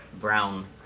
brown